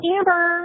Amber